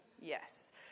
Yes